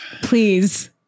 Please